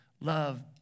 love